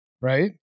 right